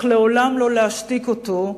אך לעולם לא להשתיק אותו,